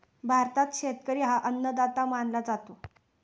भारतात शेतकरी हा अन्नदाता मानला जातो